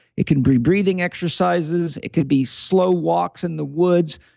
it can be breathing exercises, it could be slow walks in the woods.